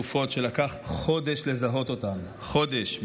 גופות שלקח חודש לזהות אותן חודש,